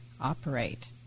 Operate